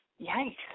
Yikes